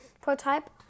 prototype